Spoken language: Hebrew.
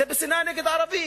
דרך השנאה לערבים.